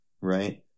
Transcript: Right